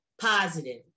Positive